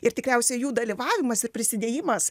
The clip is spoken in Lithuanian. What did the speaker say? ir tikriausiai jų dalyvavimas ir prisidėjimas